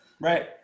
Right